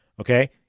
Okay